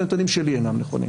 הנתונים שלי אינם נכונים.